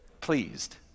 pleased